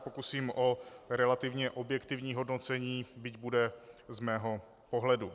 Pokusím se o relativně objektivní hodnocení, byť bude z mého pohledu.